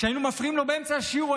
כשהיינו מפריעים לו באמצע השיעור,